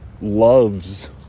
loves